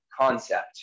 concept